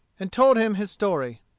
and told him his story.